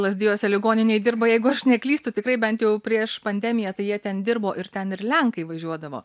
lazdijuose ligoninėj dirba jeigu aš neklystu tikrai bent jau prieš pandemiją tai jie ten dirbo ir ten ir lenkai važiuodavo